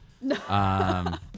No